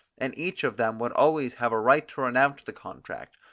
and each of them would always have a right to renounce the contract,